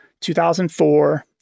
2004